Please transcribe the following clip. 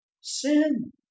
sin